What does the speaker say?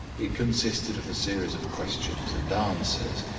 it consisted of a series of questions and answers,